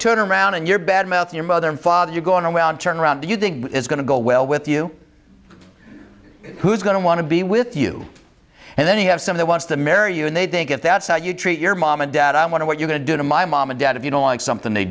turn around and you're bad mouth your mother and father you're going away on turn around do you think it's going to go well with you who's going to want to be with you and then you have some that wants to marry you and they think if that's how you treat your mom and dad i wonder what you're going to do to my mom and dad if you don't like something they